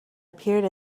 appeared